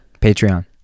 Patreon